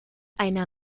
einer